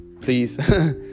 please